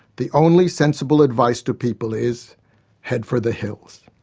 the only sensible advice to people is head for the hills.